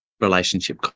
Relationship